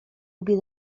lubię